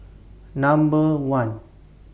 Number one